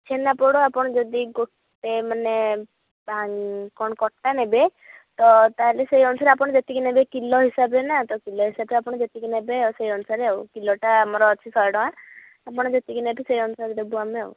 ଛେନାପୋଡ଼ ଆପଣ ଯଦି ଗୋଟେ ମାନେ କ'ଣ କଟା ନେବେ ତ ତା'ହେଲେ ସେଇ ଅନୁସାରେ ଆପଣ ଯେତିକି ନେବେ କିଲୋ ହିସାବରେ ନା ତ କିଲୋ ହିସାବରେ ଆପଣ ଯେତିକି ନେବେ ଆଉ ସେଇ ଅନୁସାରେ ଆଉ କିଲୋଟା ଆମର ଅଛି ଶହେ ଟଙ୍କା ଆପଣ ଯେତିକି ନେବେ ସେଇ ଅନୁସାରେ ଦେବୁ ଆମେ ଆଉ